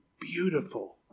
beautiful